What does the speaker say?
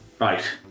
Right